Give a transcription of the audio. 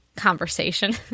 conversation